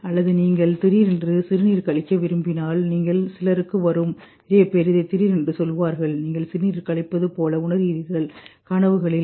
அல்லது நீங்கள் திடீரென்று சிறுநீர் கழிக்க விரும்பினால் நீங்கள் சிலருக்கு வரும் நிறைய பேர் இதை திடீரென்று சொல்வார்கள் நீங்கள் சிறுநீர் கழிப்பது போல உணர்கிறீர்கள் கனவுகளில்